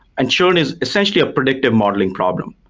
and churn is essentially a predictive modeling problem.